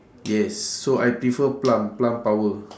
yes so I prefer plump plump power